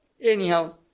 Anyhow